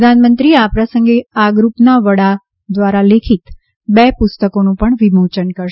પ્રધાનમંત્રી આ પ્રસંગે આ ગ્રુપના વડા દ્વારા લિખિત બે પુસ્તકોનું પણ વિમોચન કરશે